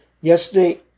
Yesterday